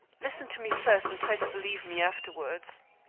listen to me first, and try to believe me afterwards.